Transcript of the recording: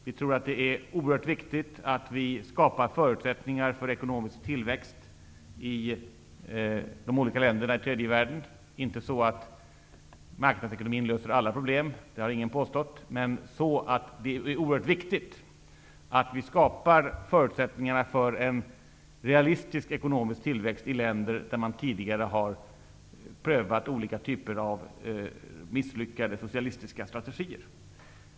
Vi tror att det är oerhört viktigt att vi skapar förutsättningar för ekonomisk tillväxt i de olika länderna i tredje världen. Det är inte så att marknadsekonomin löser alla problem; det har ingen påstått. Men det är mycket angeläget att vi skapar förutsättningar för en realistisk ekonomisk tillväxt i länder där man tidigare har prövat olika typer av misslyckade socialistiska strategier.